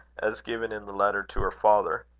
as given in the letter to her father.